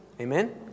Amen